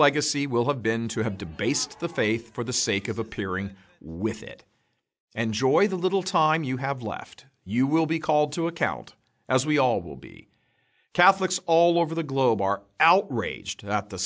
legacy will have been to have debased the faith for the sake of appearing with it and joy the little time you have left you will be called to account as we all will be catholics all over the globe are outraged at the